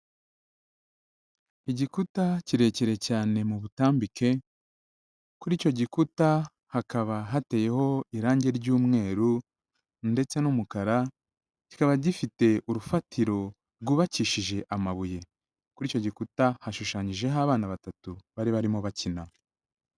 Igikuta kirekire cyane mu butambike kuri icyo gikuta hakaba hateyeho irangi ry'umweru ndetse n'umukara, kikaba gifite urufatiro rwubakishije amabuye. Kuri icyo gikuta hashushanyijeho abana batatu bari barimo bakina.